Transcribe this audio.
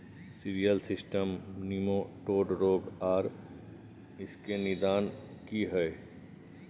Cereal system nematode रोग आर इसके निदान की हय?